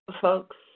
folks